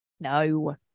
No